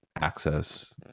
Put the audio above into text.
access